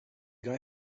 guy